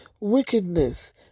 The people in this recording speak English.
wickedness